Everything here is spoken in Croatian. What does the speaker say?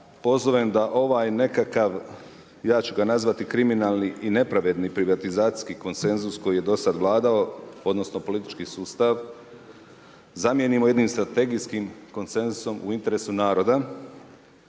pozovem da ovaj nekakav, ja ću ga nazvati kriminalni i nepravedni privatizacijski koncensus koji je do sad vladao, odnosno politički sustav, zamijenimo jednim strategijskim koncensusom u interesu naroda.